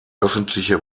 öffentliche